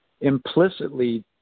implicitly